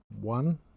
one